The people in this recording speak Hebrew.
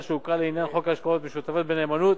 שהוכרה לעניין חוק להשקעות משותפות בנאמנות,